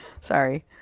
Sorry